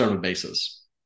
basis